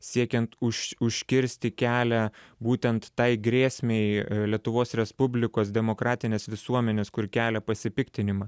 siekiant už užkirsti kelią būtent tai grėsmei lietuvos respublikos demokratinės visuomenės kur kelia pasipiktinimą